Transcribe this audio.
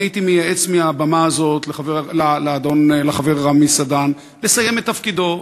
אני הייתי מייעץ מהבמה הזאת לחבר רמי סדן לסיים את תפקידו.